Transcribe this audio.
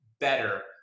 better